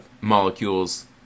molecules